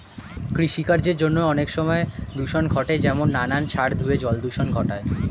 কৃষিকার্যের জন্য অনেক সময় দূষণ ঘটে যেমন নানান সার ধুয়ে জল দূষণ ঘটায়